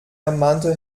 ermahnte